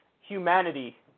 humanity